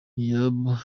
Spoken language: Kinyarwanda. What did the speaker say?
yaba